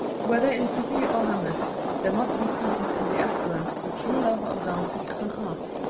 whether in city or hamlet, there must be present in the aspirant the true love of dancing as an art,